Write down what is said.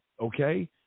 okay